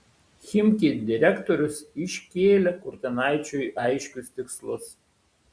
chimki direktorius iškėlė kurtinaičiui aiškius tikslus